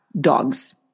dogs